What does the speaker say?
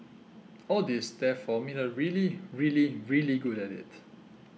all this therefore made her really really really good at it